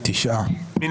מי